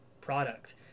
product